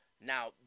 Now